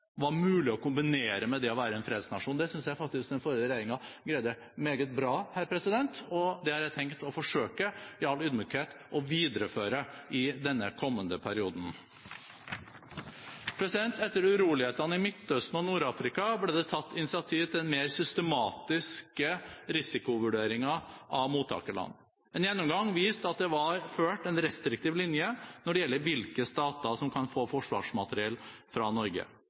var mulig å kombinere med det å være en fredsnasjon. Det synes jeg den forrige regjeringen greide meget bra, og det har jeg, i all ydmykhet, tenkt å forsøke å videreføre i denne kommende perioden. Etter urolighetene i Midtøsten og Nord-Afrika ble det tatt initiativ til en mer systematisk risikovurdering av mottakerland. En gjennomgang viste at det var ført en restriktiv linje når det gjelder hvilke stater som kan få forsvarsmateriell fra Norge.